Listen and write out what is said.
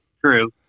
True